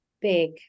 big